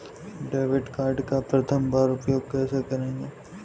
Debit card का प्रथम बार उपयोग कैसे करेंगे?